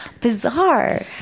bizarre